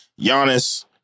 Giannis